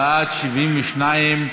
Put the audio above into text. בעד, 72,